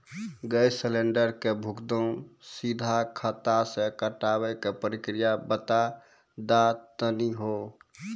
Gas cylinder के भुगतान सीधा खाता से कटावे के प्रक्रिया बता दा तनी हो?